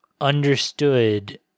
understood